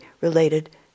related